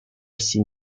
seen